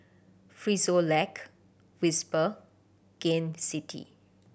Frisolac Whisper Gain City